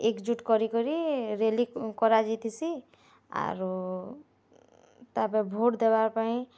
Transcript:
ଏକଜୁଟ୍ କରି କରି ରେଲି କରାଯାଏଥିସି ଆରୁ ତା'ପରେ ଭୋଟ୍ ଦେବାପାଇଁ